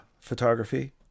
photography